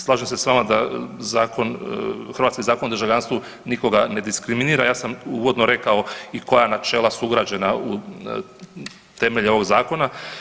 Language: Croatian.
Slažem se s vama da hrvatski Zakon o državljanstvo nikoga ne diskriminira, ja sam uvodno rekao i koja načela su ugrađena u temelje ovog zakona.